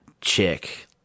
chick